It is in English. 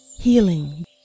healing